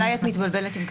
אולי את מתבלבלת עם קנס.